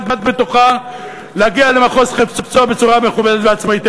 בתוכה להגיע למחוז חפצו בצורה מכובדת ועצמאית.